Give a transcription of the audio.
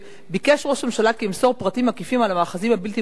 "ביקש ראש הממשלה כי אמסור פרטים מקיפים על המאחזים הבלתי-מורשים,